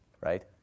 Right